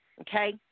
Okay